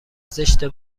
زشته